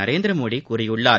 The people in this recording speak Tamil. நரேந்திரமோடி கூறியுள்ளார்